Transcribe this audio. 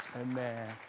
Amen